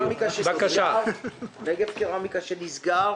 נגב קרמיקה שנסגר